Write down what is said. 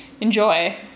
enjoy